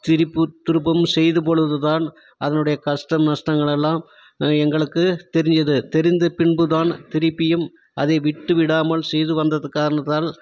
திரிப்பு திருப்பும் செய்த பொழுதுதான் அதனுடைய கஷ்டம் நஷ்டங்களெல்லாம் எங்களுக்கு தெரியுது தெரிந்த பின்புதான் திரும்பியும் அதை விட்டு விடாமல் செய்து வந்தக்காரணத்தால்